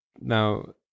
Now